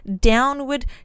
downward